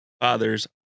father's